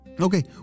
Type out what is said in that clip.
okay